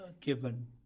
given